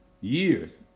years